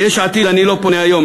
ליש עתיד אני לא פונה היום,